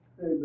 Hey